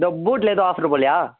தோ பூட்டில் எதுவும் ஆஃபர் போடலையா